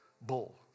bull